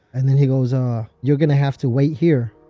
and then he goes, ah you're going to have to wait here.